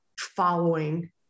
following